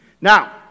Now